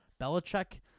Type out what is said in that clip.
Belichick